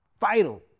Vital